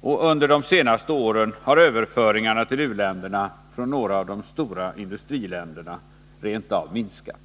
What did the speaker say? och under de senaste åren har överföringarna till u-länderna från några av de stora industriländerna rent av minskat.